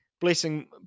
Blessing